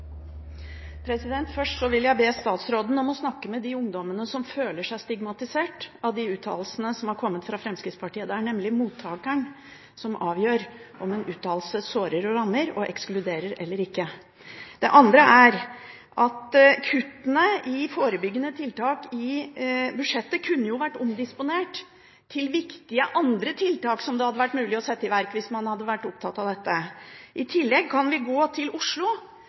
vil jeg be statsråden om å snakke med de ungdommene som føler seg stigmatisert av de uttalelsene som har kommet fra Fremskrittspartiet. Det er nemlig mottakeren som avgjør om en uttalelse sårer, rammer og ekskluderer eller ikke. Det andre er at kuttene i forebyggende tiltak i budsjettet jo kunne vært omdisponert til andre viktige tiltak som det hadde vært mulig å sette i verk hvis man hadde vært opptatt av dette. I tillegg kan vi gå til Oslo,